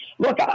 Look